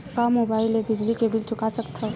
का मुबाइल ले बिजली के बिल चुका सकथव?